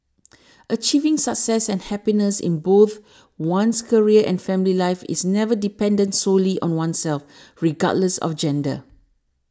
achieving success and happiness in both one's career and family life is never dependent solely on oneself regardless of gender